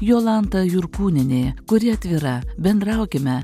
jolanta jurkūnienė kuri atvira bendraukime